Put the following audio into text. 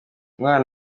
izindi